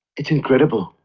it's incredible!